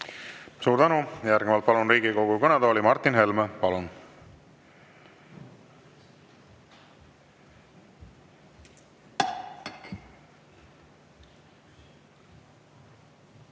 Suur tänu! Järgnevalt palun Riigikogu kõnetooli Martin Helme. Palun!